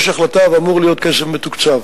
יש החלטה ואמור להיות כסף מתוקצב